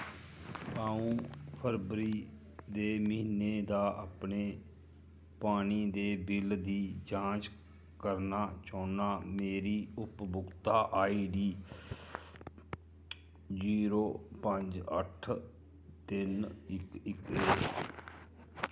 अ'ऊं फरबरी दे म्हीने दा अपने पानी दे बिल दी जांच करना चाह्न्नां मेरी उपभोक्ता आईडी जीरो पंज अट्ठ तिन्न इक इक ऐ